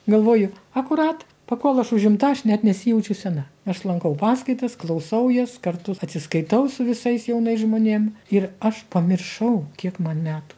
galvoju akurat pakol aš užimta aš net nesijaučiu sena aš lankau paskaitas klausau jas kartu atsiskaitau su visais jaunais žmonėm ir aš pamiršau kiek man metų